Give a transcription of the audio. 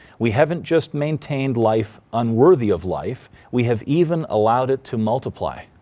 we haven't just maintained life unworthy of life, we have even allowed it to multiply.